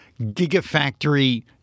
Gigafactory